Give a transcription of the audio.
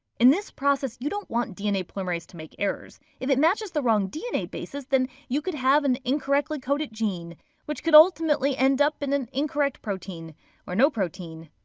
in this process, you don't want dna polymerase to make errors. if it matches the wrong dna bases, then you could have an incorrectly coded gene which could ultimately end up in an incorrect protein or no protein.